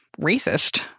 racist